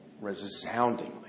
resoundingly